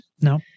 No